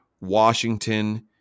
Washington